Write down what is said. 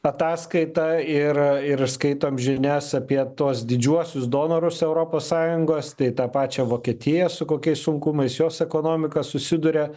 ataskaitą ir ir skaitom žinias apie tuos didžiuosius donorus europos sąjungos tai tą pačią vokietiją su kokiais sunkumais jos ekonomika susiduria